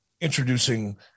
introducing